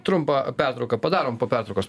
trumpą pertrauką padarom po pertraukos